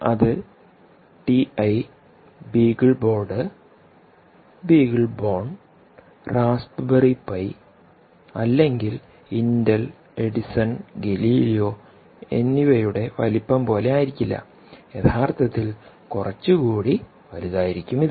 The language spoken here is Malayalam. അത് ടിഐ ബീഗിൾബോർഡ് ബീഗിൾബോൺ റാസ്ബെറി പൈഅല്ലെങ്കിൽ ഇന്റൽ എഡിസൺ ഗലീലിയോ എന്നിവയുടെ വലിപ്പം പോലെ ആയിരിക്കില്ലയഥാർത്ഥത്തിൽ കുറച്ചുകൂടി വലുതായിരിക്കും ഇത്